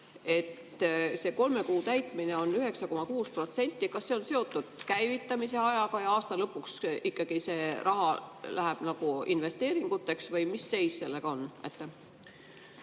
See kolme kuu täitmine on 9,6%. Kas see on seotud käivitamise ajaga, kuna aasta lõpuks ikkagi see raha läheb investeeringuteks, või mis seis sellega on?